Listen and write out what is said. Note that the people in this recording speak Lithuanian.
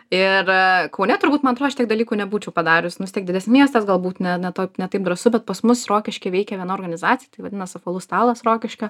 ir kaune turbūt man atro aš tiek dalykų nebūčiau padarius nu vistiek didelis miestas galbūt ne ne taip ne taip drąsu bet pas mus rokišky veikia viena organizacija tai vadinas apvalus stalas rokiškio